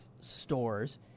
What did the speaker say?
stores